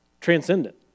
Transcendent